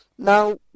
Now